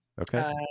Okay